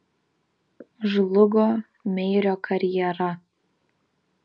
žlugo meirio karjera